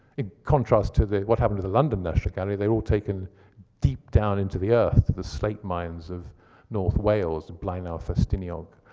in contrast to what happened to the london national gallery. they were all taken deep down into the earth, to the slate mines of north wales, blaenau ffestiniog.